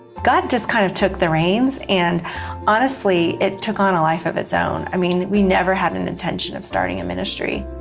god kind of took the reins, and honestly it took on a life of its own. i mean we never had an intention of starting a ministry.